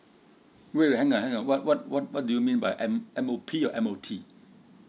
wait wait hang on hang on what what what what do you mean by M M O P or M O T